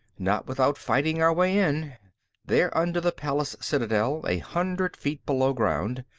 not without fighting our way in they're under the palace citadel, a hundred feet below ground.